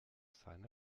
seine